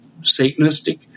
Satanistic